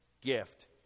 gift